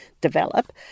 develop